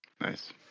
Nice